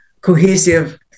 cohesive